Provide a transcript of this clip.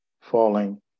falling